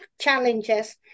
challenges